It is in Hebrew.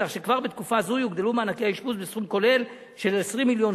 כך שכבר בתקופה הזו יוגדלו מענקי האשפוז בסכום כולל של 20 מיליון